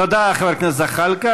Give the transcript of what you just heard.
תודה, חבר הכנסת זחאלקה.